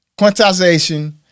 quantization